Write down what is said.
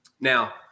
Now